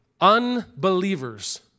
unbelievers